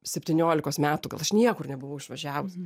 septyniolikos metų gal aš niekur nebuvau išvažiavus